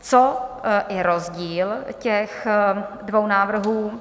Co je rozdíl těch dvou návrhů.